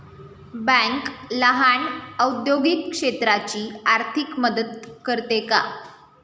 Bank लहान औद्योगिक क्षेत्राची आर्थिक मदत करते का?